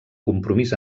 compromís